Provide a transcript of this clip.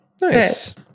Nice